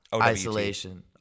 Isolation